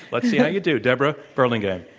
let's see how you do, debra burlingame.